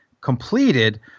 completed